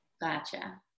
Gotcha